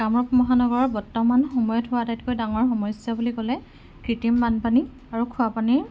কামৰূপ মহানগৰত বৰ্তমান সময়ত হোৱা আটাইতকৈ ডাঙৰ সমস্যা বুলি ক'লে কৃত্ৰিম বানপানী আৰু খোৱাপানীৰ